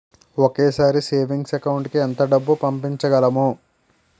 ఒకేసారి savings account కి ఎంత డబ్బు పంపించగలము?